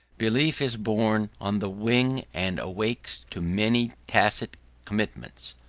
belief is born on the wing and awakes to many tacit commitments.